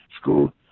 school